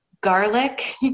garlic